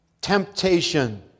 temptation